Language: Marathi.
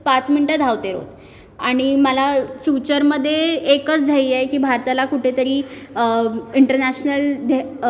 पाच मिन्टं धावते रोज आणि मला फ्युचरमध्ये एकच ध्येय आहे की भारताला कुठेतरी इन्टरनॅशनल ध्ये